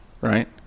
Right